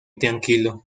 tranquilo